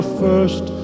first